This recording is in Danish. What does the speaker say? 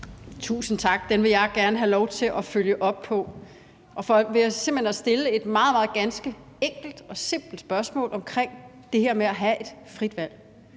Tusind tak. Den vil jeg gerne have lov til at følge op på ved simpelt hen at stille et ganske enkelt og meget simpelt spørgsmål omkring det her med at have et frit valg.